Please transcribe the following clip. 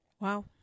Wow